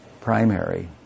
primary